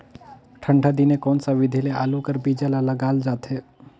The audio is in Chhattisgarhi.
ठंडा दिने कोन सा विधि ले आलू कर बीजा ल लगाल जाथे?